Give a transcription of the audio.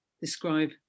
describe